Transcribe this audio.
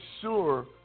sure